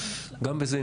גם בזה,